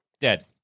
dead